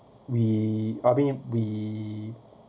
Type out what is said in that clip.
we I mean we